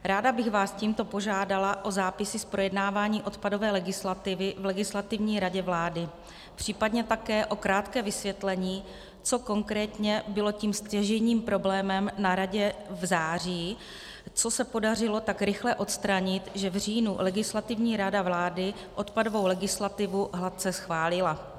Ráda bych vás tímto požádala o zápisy z projednávání odpadové legislativy v Legislativní radě vlády, případně také o krátké vysvětlení, co konkrétně bylo tím stěžejním problémem na radě v září, co se podařilo tak rychle odstranit, že v říjnu Legislativní rada vlády odpadovou legislativu hladce schválila.